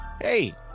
hey